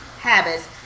habits